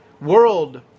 world